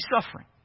suffering